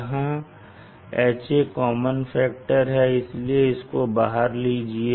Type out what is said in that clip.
जहां Ha common factor है इसलिए इसको बाहर लीजिए